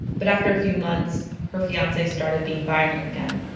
but after a few months, her fiance started being violent again.